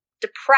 depressed